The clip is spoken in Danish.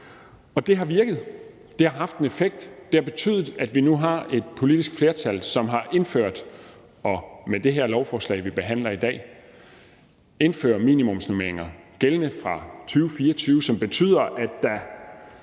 Og det har virket, det har haft en effekt. Det har betydet, at vi nu har et politisk flertal, som med det her lovforslag, vi behandler i dag, indfører minimumsnormeringer gældende fra 2024, hvilket betyder, at der